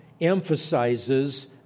emphasizes